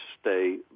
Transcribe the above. stay